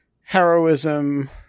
heroism